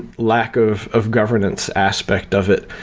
lack of of governance aspect of it.